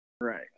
Right